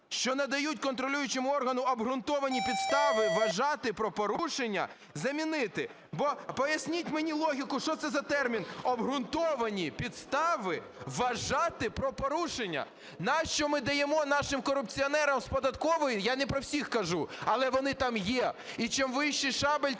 "що надають контролюючому органу обґрунтовані підстави вважати про порушення" замінити, бо… Поясніть мені логіку, що це за термін: "обґрунтовані підстави вважати про порушення"? Нащо ми даємо нашим корупціонерам з податкової, я не про всіх кажу, але вони там є, і чим вищий шабель,